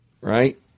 right